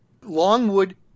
Longwood